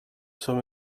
som